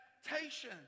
expectation